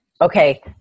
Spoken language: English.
Okay